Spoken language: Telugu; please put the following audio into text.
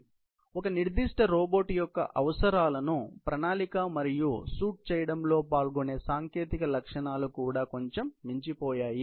మరియు ఒక నిర్దిష్ట రోబోట్ యొక్క అవసరాలను ప్రణాళిక మరియు సూట్ చేయడంలో పాల్గొనే సాంకేతిక లక్షణాలు కూడా కొంచెం మించిపోయాయి